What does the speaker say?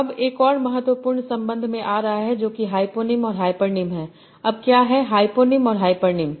अब एक और महत्वपूर्ण संबंध आ रहा है जो किहाइपोनिम और हाइपरनीम है अब क्या है हाइपोनिम और हाइपरनीम